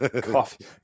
coffee